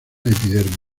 epidemia